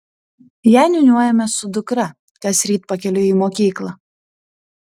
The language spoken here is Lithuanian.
ją niūniuojame su dukra kasryt pakeliui į mokyklą